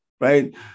right